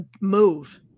Move